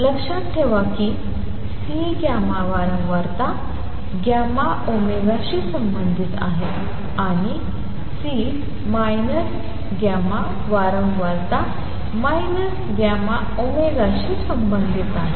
लक्षात ठेवा की C वारंवारता τωशी संबंधित आहे आणि C τ वारंवारता τω शी संबंधित आहे